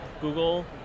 Google